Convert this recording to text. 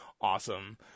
awesome